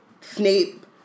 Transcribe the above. Snape